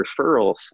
referrals